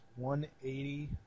180